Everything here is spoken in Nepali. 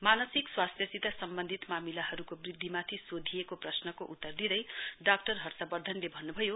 मानसिक स्वास्थ्यसित सम्वन्धित मामिलाहरुको वृद्धिमाथि सोधिएको प्रश्नको उत्तर दिँदै डाक्टर हर्षावर्धनले भन्नुभयो